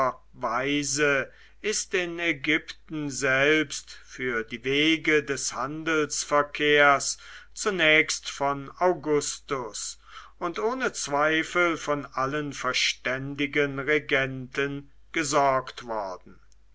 weise ist in ägypten selbst für die wege des handelsverkehrs zunächst von augustus und ohne zweifel von allen verständigen regenten gesorgt worden